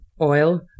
oil